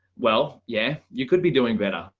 well, yeah, you could be doing better.